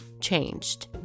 changed